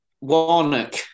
Warnock